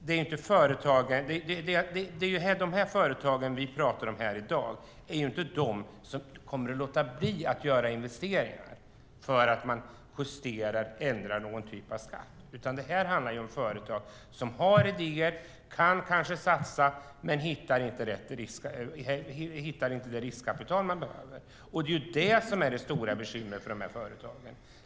De företag vi talar om i dag är inte de som kommer att låta bli att göra investeringar för att en skatt justeras. Här handlar det om företag som har idéer, vill satsa men hittar inte det riskkapital som behövs. Det är det stora bekymret för företagen.